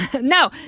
No